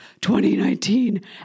2019